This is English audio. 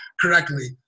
correctly